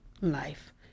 Life